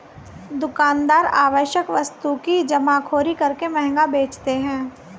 दुकानदार आवश्यक वस्तु की जमाखोरी करके महंगा बेचते है